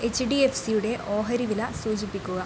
H D F സിയുടെ ഓഹരി വില സൂചിപ്പിക്കുക